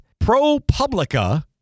ProPublica